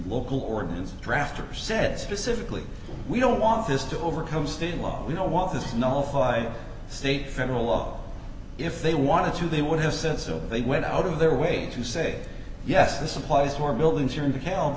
local ordinance drafter said specifically we don't want this to overcome state law we don't want this no fly state federal law if they want to they would have said so they went out of their way to say yes this applies to our buildings here and to